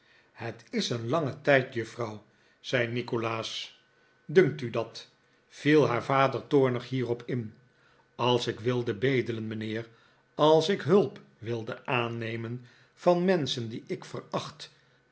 het is een lange tijd juffrouw zei nikolaas dunkt u dat viel haar vader toornig hierop in als ik wilde bedelen mijnheer als ik hulp wilde aannemen van menscheh die ik veracht